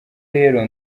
rero